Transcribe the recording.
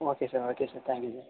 okay sir okay sir thank you sir